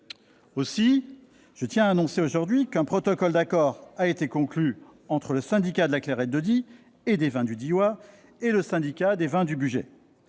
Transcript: Aussi, je tiens à annoncer aujourd'hui qu'un protocole d'accord a été conclu entre le Syndicat de la Clairette de Die et des vins du Diois et le Syndicat des vins du Bugey.